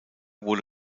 wurde